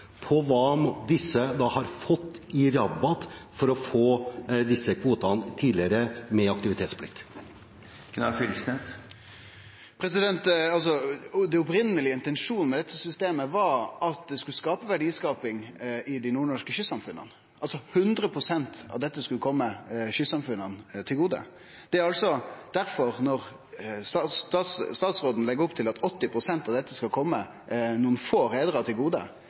på hva disse har fått i rabatt for å få disse kvotene tidligere med aktivitetsplikt. Den opphavlege intensjonen med dette systemet var at det skulle gi verdiskaping i dei nordnorske kystsamfunna. 100 pst. av dette skulle kome kystsamfunna til gode. Når statsråden legg opp til at 80 pst. av dette skal kome nokre få reiarar til gode,